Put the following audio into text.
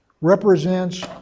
represents